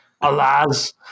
Alas